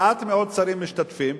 מעט מאוד שרים משתתפים,